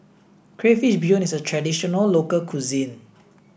Crayfish Beehoon is a traditional local cuisine